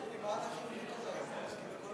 הנה, קח